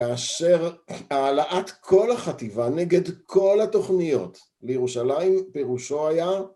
כאשר העלאת כל החטיבה נגד כל התוכניות לירושלים פירושו היה